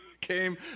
came